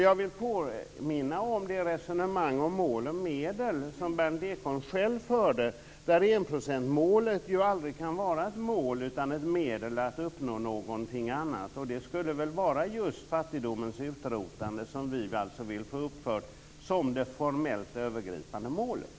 Jag vill påminna om det resonemang om mål och medel som Berndt Ekholm själv förde där enprocentsmålet ju aldrig kan vara ett mål utan ett medel att uppnå någonting annat, och det skulle väl vara just fattigdomens utrotande som vi vill få uppfört som det formellt övergripande målet.